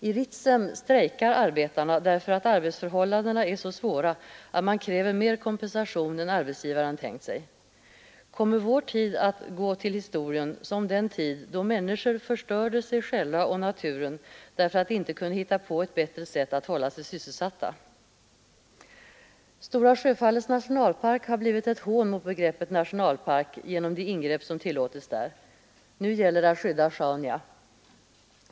I Ritsem strejkar arbetarna, därför att arbetsförhållandena är så svåra att man kräver mer kompensation än arbetsgivaren tänkt sig. Kommer vår tid att gå till historien som den tid då människor förstörde sig själva och naturen därför att de inte kunde hitta på ett bättre sätt att hålla sig sysselsatta? Stora Sjöfallets nationalpark har blivit ett hån mot begreppet nationalpark genom de ingrepp som tillåtits där. Nu gäller det att skydda Sjaunja.